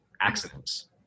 accidents